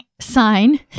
sign